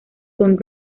con